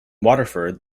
waterford